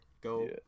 Go